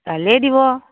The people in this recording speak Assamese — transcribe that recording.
কাইলেই দিব